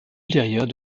ultérieurs